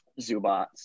Zubats